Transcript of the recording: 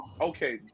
okay